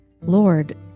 Lord